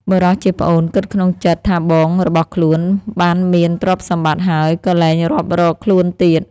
បុរសជាប្អូនគិតក្នុងចិត្តថាបងរបស់ខ្លួនបានមានទ្រព្យសម្បត្តិហើយក៏លែងរាប់រកខ្លួនទៀត។